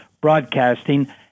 broadcasting